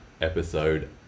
episode